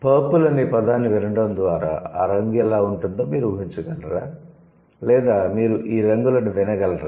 'purple' అనే పదాన్ని వినడం ద్వారా ఆ రంగు ఎలా ఉంటుందో మీరు ఊహించగలరా లేదా మీరు ఈ రంగులను వినగలరా